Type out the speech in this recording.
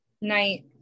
Night